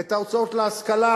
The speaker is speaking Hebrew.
את ההוצאות להשכלה,